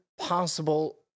possible